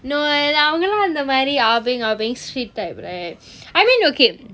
no அவங்களும் அந்த மாறி : avangalam antha maari ah beng ah beng street type right I mean okay